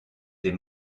des